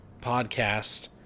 podcast